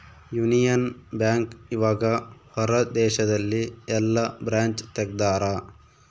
Union Bank ಇವಗ ಹೊರ ದೇಶದಲ್ಲಿ ಯೆಲ್ಲ ಬ್ರಾಂಚ್ ತೆಗ್ದಾರ